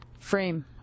frame